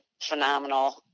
phenomenal